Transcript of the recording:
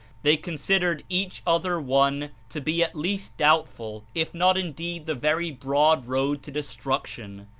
they considered each other one to be at least doubtful, if not indeed the very broad road to destruction.